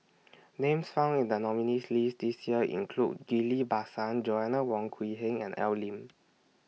Names found in The nominees' list This Year include Ghillie BaSan Joanna Wong Quee Heng and Al Lim